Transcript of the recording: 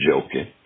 joking